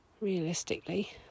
realistically